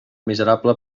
miserable